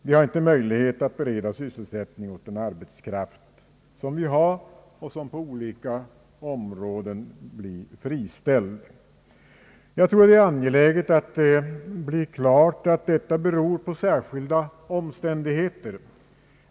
Vi har inte möjlighet att bereda sysselsättning åt den arbetskraft som på olika områden blir friställd. Det är angeläget att man klarlägger att detta beror på särskilda omständigheter.